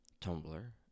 Tumblr